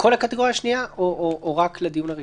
לכל הקטגוריה השנייה או רק לדיון הראשון